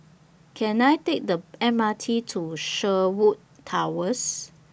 Can I Take The M R T to Sherwood Towers